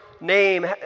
name